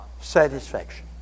Satisfaction